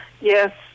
Yes